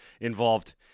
involved